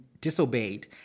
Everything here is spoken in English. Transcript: disobeyed